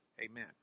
amen